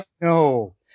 no